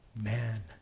man